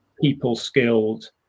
people-skilled